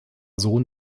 sohn